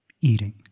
eating